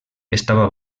estava